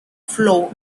flow